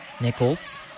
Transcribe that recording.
Nichols